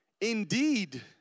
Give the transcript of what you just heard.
indeed